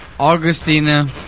Augustina